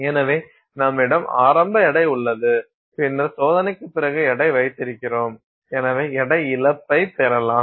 எனவே நம்மிடம் ஆரம்ப எடை உள்ளது பின்னர் சோதனைக்குப் பிறகு எடை வைத்திருக்கிறோம் எனவே எடை இழப்பைப் பெறலாம்